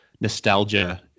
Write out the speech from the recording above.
nostalgia